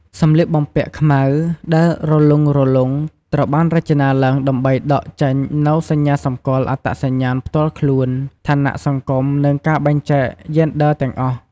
សម្លៀកបំពាក់ខ្មៅដែលរលុងៗត្រូវបានរចនាឡើងដើម្បីដកចេញនូវសញ្ញាសម្គាល់អត្តសញ្ញាណផ្ទាល់ខ្លួន ឋានៈសង្គម និងការបែងចែកយេនឌ័រទាំងអស់។